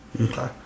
Okay